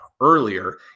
earlier